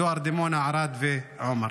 דואר דימונה, ערד ועומר.